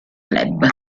club